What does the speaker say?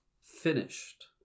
finished